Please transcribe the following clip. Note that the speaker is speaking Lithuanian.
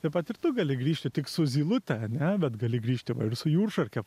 taip pat ir tu gali grįžti tik su zylute ane bet gali grįžti va ir su jūršarke